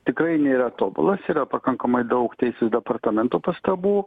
tikrai nėra tobulas yra pakankamai daug teisės departamento pastabų